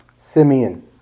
Simeon